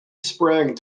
sprang